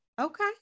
Okay